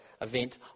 event